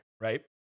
right